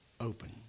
open